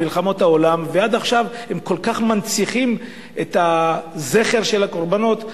ועד עכשיו הם כל כך מנציחים את זכר הקורבנות.